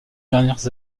dernières